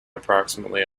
approximately